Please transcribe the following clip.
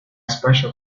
special